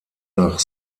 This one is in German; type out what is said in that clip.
nach